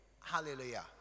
Hallelujah